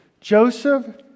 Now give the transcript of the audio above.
Joseph